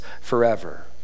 forever